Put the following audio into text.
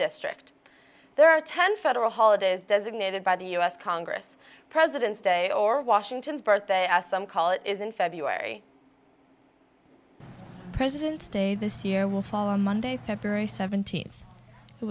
district there are ten federal holidays designated by the u s congress presidents day or washington's birthday as some call it is in february president's day this year will fall on monday february seventeenth